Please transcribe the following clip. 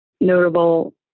notable